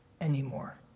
anymore